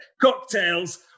Cocktails